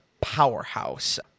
powerhouse